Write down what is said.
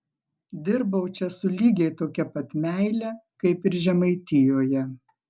dirbau čia su lygiai tokia pat meile kaip ir žemaitijoje